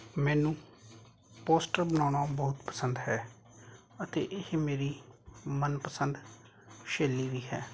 ਮੈਨੂੰ ਪੋਸਟਰ ਬਣਾਉਣਾ ਬਹੁਤ ਪਸੰਦ ਹੈ ਅਤੇ ਇਹ ਮੇਰੀ ਮਨ ਪਸੰਦ ਸ਼ੈਲੀ ਵੀ ਹੈ